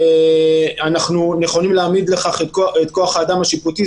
אנחנו נכונים להעמיד לכך את כוח האדם השיפוטי,